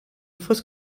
fausse